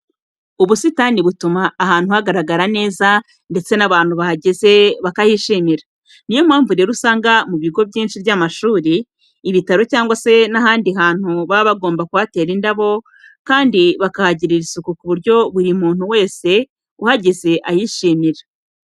Ubusitani butuma ahantu hagaragara neza ndetse n'abantu bahageze bakahishimira. Niyo mpamvu rero usanga mu bigo byinshi by'amashuri, ibitaro cyangwa se n'ahandi hantu baba bagomba kuhatera indabo, kandi bakahagirira isuku ku buryo buri muntu wese uhageze ahishimira.